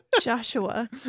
Joshua